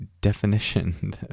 definition